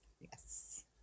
Yes